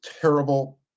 terrible